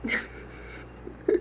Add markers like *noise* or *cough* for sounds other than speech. *laughs*